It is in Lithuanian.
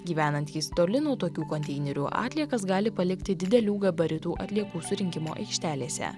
gyvenantys toli nuo tokių konteinerių atliekas gali palikti didelių gabaritų atliekų surinkimo aikštelėse